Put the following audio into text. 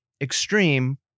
extreme